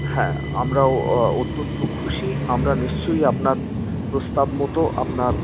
হ্যাঁ আমরাও অত্যন্ত খুশি আমরা নিশ্চয়ই আপনার প্রস্তাব মতো আপনার